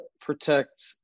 protect